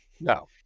no